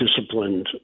disciplined